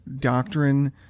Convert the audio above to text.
doctrine